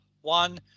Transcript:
one